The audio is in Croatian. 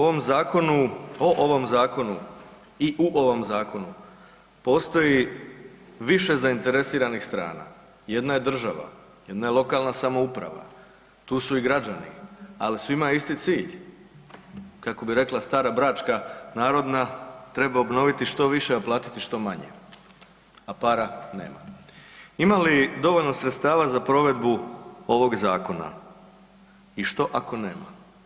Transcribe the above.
O ovom zakonu i u ovom zakonu postoji više zainteresiranih strana, jedna je država, jedna je lokalna samouprava, tu su i građani ali svima je isti cilj, kako bi rekla stara bračka narodna „Treba obnoviti što više a platiti što manje a para nema.“ Ima li dovoljno sredstava za provedbu ovog zakona i što ako nema?